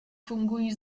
fungují